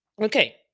Okay